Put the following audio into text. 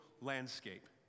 landscape